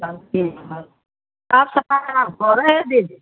आब की सब आब कितना काम पड़ैत हए जे जे